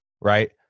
Right